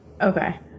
Okay